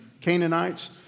Canaanites